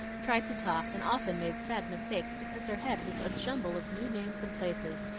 tried to talk and often made sad mistakes because her head was a jumble of new names and places,